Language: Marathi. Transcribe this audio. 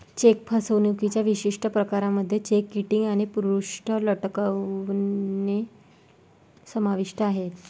चेक फसवणुकीच्या विशिष्ट प्रकारांमध्ये चेक किटिंग आणि पृष्ठ लटकणे समाविष्ट आहे